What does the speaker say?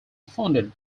funded